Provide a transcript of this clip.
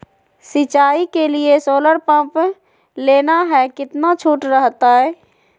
सिंचाई के लिए सोलर पंप लेना है कितना छुट रहतैय?